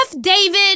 David